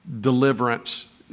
deliverance